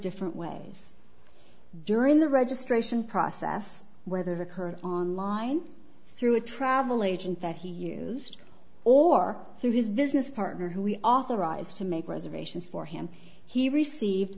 different ways during the registration process whether occurred online through a travel agent that he used or through his business partner who we authorized to make reservations for him he received